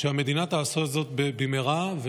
שהמדינה תעשה זאת במהרה.